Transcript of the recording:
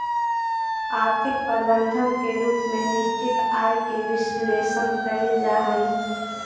आर्थिक प्रबंधन के रूप में निश्चित आय के विश्लेषण कईल जा हई